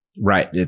Right